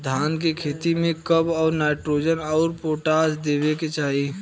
धान के खेती मे कब कब नाइट्रोजन अउर पोटाश देवे के चाही?